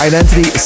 Identity